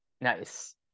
Nice